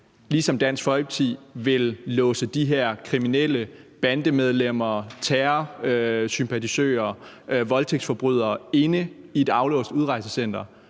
ligesom Dansk Folkeparti vil låse de her kriminelle, bandemedlemmer, terrorsympatisører og voldtægtsforbrydere inde på et aflåst udrejsecenter.